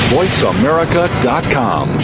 VoiceAmerica.com